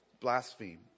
blaspheme